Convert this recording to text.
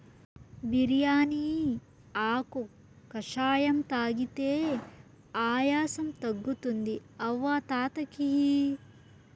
బిర్యానీ ఆకు కషాయం తాగితే ఆయాసం తగ్గుతుంది అవ్వ తాత కియి